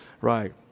Right